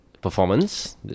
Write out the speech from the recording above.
performance